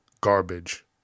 garbage